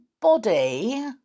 body